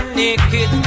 naked